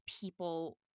people